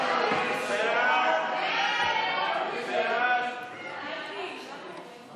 חוק הכנסת (תיקון מס' 49),